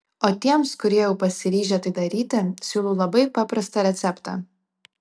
o tiems kurie jau pasiryžę tai daryti siūlau labai paprastą receptą